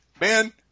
man